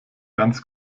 ganz